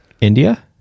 India